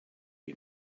you